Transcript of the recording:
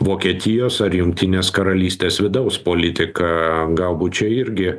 vokietijos ar jungtinės karalystės vidaus politiką galbūt čia irgi